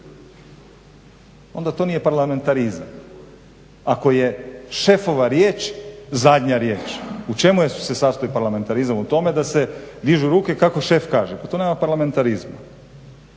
Onda to nije parlamentarizam ako je šefova riječ zadnja riječ. U čemu se sastoji parlamentarizam? U tome da se dižu ruke kako šef kaže. Pa tu nema parlamentarizma.